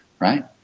right